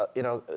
ah you know,